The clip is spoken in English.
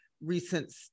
recent